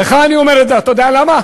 לך אני אומר את זה, אתה יודע למה?